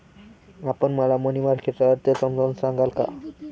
आपण मला money market चा अर्थ समजावून सांगाल का?